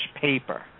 paper